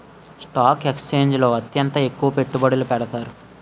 stock ఎక్స్చేంజిల్లో అత్యంత ఎక్కువ పెట్టుబడులు పెడతారు